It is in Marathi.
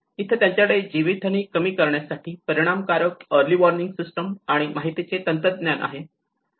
इथे त्यांच्याकडे जीवितहानी कमी करण्यासाठी परिणामकारक अरली वॉर्निंग सिस्टीम आणि माहितीचे तंत्रज्ञान आहे